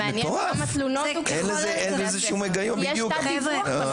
ומעניין כמה תלונות יש באמת, כי יש תת-דיווח.